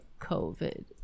COVID